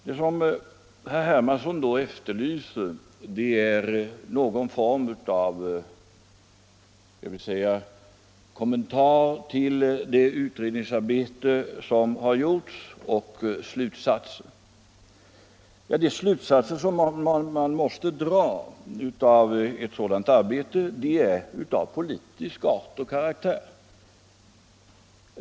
Det som herr Hermansson då efterlyser är någon form av kommentar till det utredningsarbete som har gjorts och vilka slutsatser som har dragits. Ja, de slutsatser man måste dra av ett sådant arbete är av politisk art och karaktär.